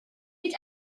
mit